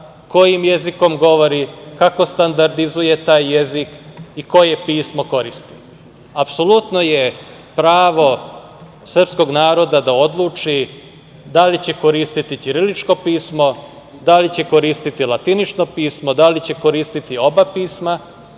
kojim jezikom govori, kako standardizuje taj jezik i koje pismo koristi. Apsolutno je pravo srpskog naroda da odluči da li će koristiti ćiriličko pismo, da li će koristiti latinično pismo, da li će koristiti oba pisma